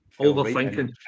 Overthinking